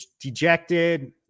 dejected